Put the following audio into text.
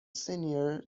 senior